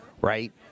right